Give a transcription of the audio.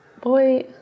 Boy